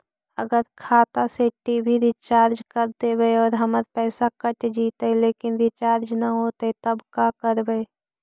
अगर खाता से टी.वी रिचार्ज कर देबै और हमर पैसा कट जितै लेकिन रिचार्ज न होतै तब का करबइ?